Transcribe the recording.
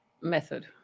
method